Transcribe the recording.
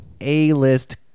A-list